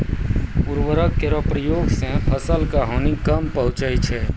उर्वरक केरो प्रयोग सें फसल क हानि कम पहुँचै छै